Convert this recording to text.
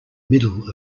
middle